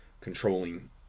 controlling